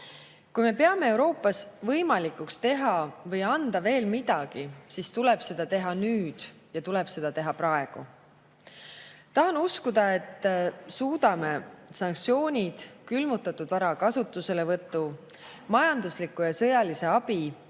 Kui me peame Euroopas võimalikuks teha või anda veel midagi, siis tuleb seda teha nüüd ja tuleb seda teha praegu. Tahan uskuda, et suudame sanktsioonid, külmutatud vara kasutuselevõtu, majandusliku ja sõjalise abi